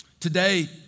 Today